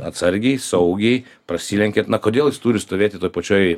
atsargiai saugiai prasilenkiant na kodėl jis turi stovėti toj pačioj